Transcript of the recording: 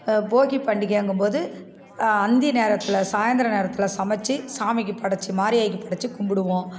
போகி பண்டிகைங்கும்போது அந்தி நேரத்தில் சாயிந்தரம் நேரத்தில் சமைச்சி சாமிக்கு படைச்சி மாரியைக்கு படைச்சி கும்பிடுவோம்